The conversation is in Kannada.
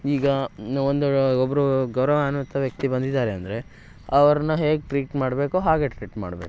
ಈಗ ಒಂದು ಒಬ್ರು ಗೌರವಾನ್ವಿತ ವ್ಯಕ್ತಿ ಬಂದಿದ್ದಾರೆ ಅಂದರೆ ಅವ್ರನ್ನ ಹೇಗೆ ಟ್ರೀಟ್ ಮಾಡಬೇಕೋ ಹಾಗೆ ಟ್ರೀಟ್ ಮಾಡಬೇಕು